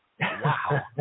Wow